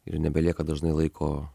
ir nebelieka dažnai laiko